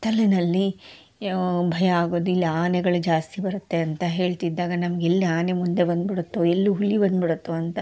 ಕತ್ತಲಿನಲ್ಲಿ ಭಯ ಆಗೋದು ಇಲ್ಲಿ ಆನೆಗಳು ಜಾಸ್ತಿ ಬರುತ್ತೆ ಅಂತ ಹೇಳ್ತಿದ್ದಾಗ ನಮ್ಗೆ ಎಲ್ಲಿ ಆನೆ ಮುಂದೆ ಬಂದ್ಬಿಡತ್ತೋ ಎಲ್ಲಿ ಹುಲಿ ಬಂದ್ಬಿಡತ್ತೋ ಅಂತ